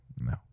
No